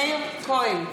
מאיר כהן,